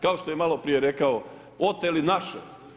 Kao što je malo prije rekao oteli naše.